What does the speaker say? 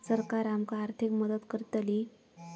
सरकार आमका आर्थिक मदत करतली?